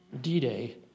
D-Day